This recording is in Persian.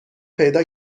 پیدا